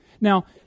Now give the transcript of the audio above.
Now